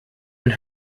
and